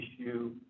issue